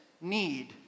need